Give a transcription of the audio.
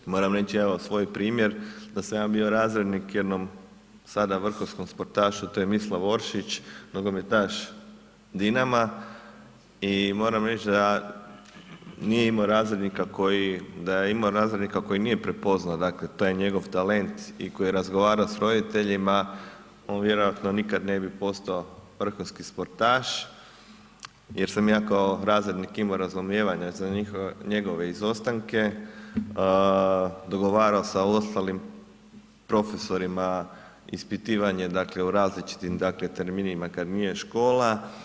Moram reći evo svoj primjer da sam ja bio razrednik jednom sada vrhunskom sportašu to je Mislav Oršić, nogometaš Dinama i moram reći da nije ima razrednika koji, da je ima razrednika koji nije prepoznao dakle taj njegov talent i koji je razgovarao sa roditeljima on vjerojatno nikad ne bi postao vrhunski sportaš jer sam ja kao razrednik imao razumijevanja za njegove izostanke, dogovarao sa ostalim profesorima ispitivanje dakle u različitim dakle terminima kada nije škola.